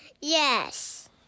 Yes